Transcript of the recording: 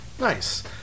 Nice